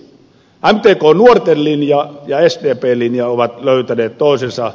mtkn nuorten linja ja sdpn linja ovat löytäneet toisensa